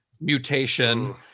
mutation